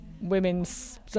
women's